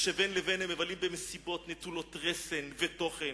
כאשר בין לבין הם מבלים במסיבות נטולות רסן ותוכן.